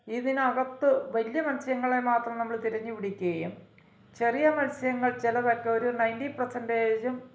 ഇതിനകത്ത് വലിയ മത്സ്യങ്ങളെ മാത്രം നമ്മൾ തിരഞ്ഞ് പിടിക്കുകയും ചെറിയ മത്സ്യങ്ങൾ ചിലതൊക്കെ ഒരു നയൻ്റി പേഴ്സെൻ്റെജൂം